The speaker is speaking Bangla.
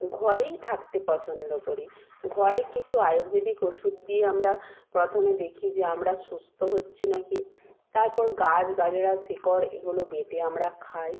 ঘরেই থাকতে পছন্দ করি ঘরে কিছু আয়ুর্বেদিক ওষুধ দিয়ে আমরা প্রথমে দেখি যে আমরা সুস্থ হচ্ছি নাকি তারপর গাছ গাছড়া শিকড় এগুলো বেটে আমরা খাই